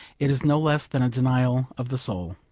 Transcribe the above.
it is no less than a denial of the soul.